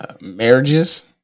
marriages